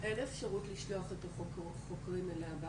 ואין אפשרות לשלוח את החוקרת אליה?